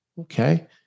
okay